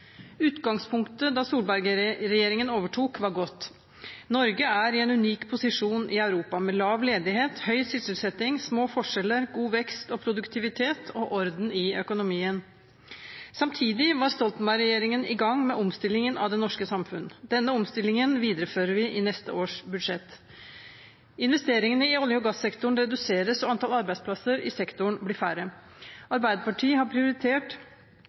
Utgangspunktet da Solberg-regjeringen overtok, var godt. Norge var i en unik posisjon i Europa med lav ledighet, høy sysselsetting, små forskjeller, god vekst og produktivitet og orden i økonomien. Samtidig var Stoltenberg-regjeringen i gang med omstillingen av det norske samfunn. Denne omstillingen viderefører vi i neste års budsjett. Investeringene i olje- og gassektoren reduseres, og antallet arbeidsplasser i sektoren blir færre. Arbeiderpartiet har prioritert